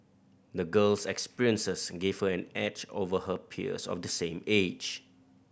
the girl's experiences gave her an edge over her peers of the same age